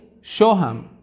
Shoham